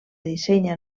dissenya